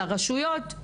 לרשויות.